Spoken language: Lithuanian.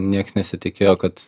nieks nesitikėjo kad